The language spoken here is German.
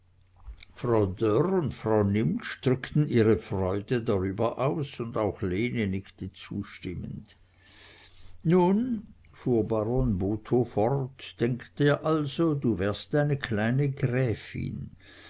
frau nimptsch drückten ihre freude darüber aus und auch lene nickte zustimmend nun fuhr baron botho fort denke dir also du wärst eine kleine gräfin